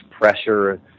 pressure